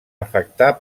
afectar